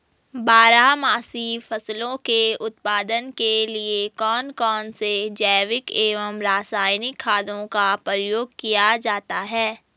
बारहमासी फसलों के उत्पादन के लिए कौन कौन से जैविक एवं रासायनिक खादों का प्रयोग किया जाता है?